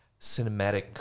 cinematic